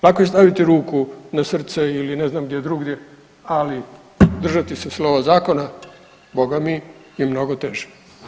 Lako je staviti ruku na srce ili ne znam gdje drugdje, ali držati se slova zakona boga mi je mnogo teže.